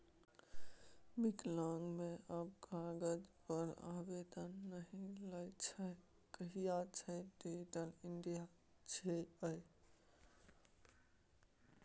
block मे आब कागज पर आवेदन नहि लैत छै कहय छै डिजिटल इंडिया छियै ई